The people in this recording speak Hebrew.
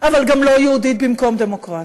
אבל גם לא יהודית במקום דמוקרטית.